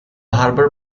harbour